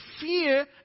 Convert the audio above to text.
fear